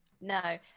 no